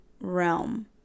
realm